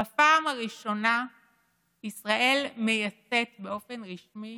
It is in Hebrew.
בפעם הראשונה ישראל מייצאת גז באופן רשמי